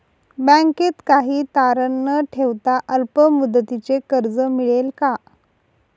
बँकेत काही तारण न ठेवता अल्प मुदतीचे कर्ज मिळेल का?